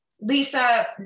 Lisa